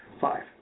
Five